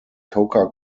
coca